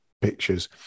pictures